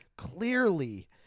Clearly